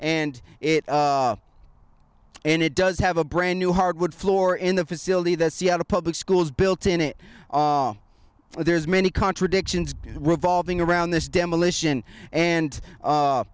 and it and it does have a brand new hardwood floor in the facility that seattle public schools built in it there's many contradictions revolving around this demolition and